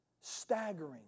staggering